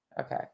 okay